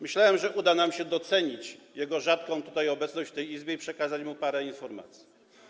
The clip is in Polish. Myślałem, że uda nam się docenić jego rzadką obecność tutaj, w tej Izbie, i przekazać mu parę informacji.